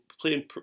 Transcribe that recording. playing